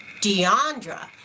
Deandra